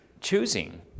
choosing